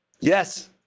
Yes